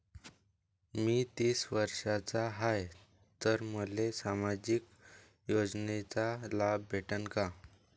मी तीस वर्षाचा हाय तर मले सामाजिक योजनेचा लाभ भेटन का?